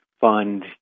fund